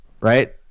right